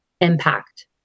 impact